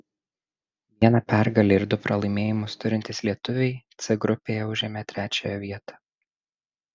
vieną pergalę ir du pralaimėjimus turintys lietuviai c grupėje užėmė trečiąją vietą